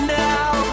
now